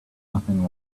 nothing